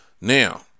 now